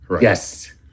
Yes